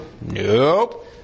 Nope